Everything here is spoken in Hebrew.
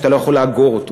שאתה לא יכול לאגור אותו.